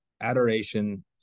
adoration